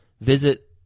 Visit